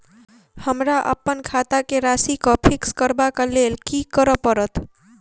हमरा अप्पन खाता केँ राशि कऽ फिक्स करबाक लेल की करऽ पड़त?